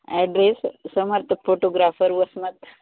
address Samarth photographer Vasmat